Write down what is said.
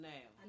Now